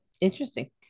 Interesting